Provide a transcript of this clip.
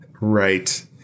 Right